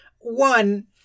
one-